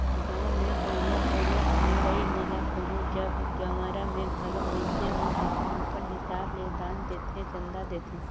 गाँव में होवइया कोनो मड़ई मेला कोनो जग जंवारा में घलो मइनसे मन अपन अपन हिसाब ले दान देथे, चंदा देथे